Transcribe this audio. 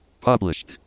Published